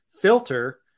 filter